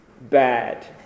bad